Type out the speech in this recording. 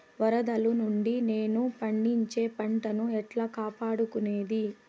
వరదలు నుండి నేను పండించే పంట ను ఎట్లా కాపాడుకునేది?